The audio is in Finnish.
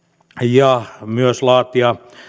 ja myös laatia